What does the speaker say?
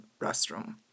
restroom